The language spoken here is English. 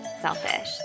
selfish